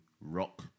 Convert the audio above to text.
rock